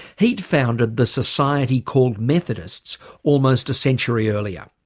he'd founded the society called methodists almost a century earlier.